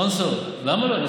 מנסור, למה לא?